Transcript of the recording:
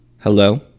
hello